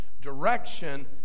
direction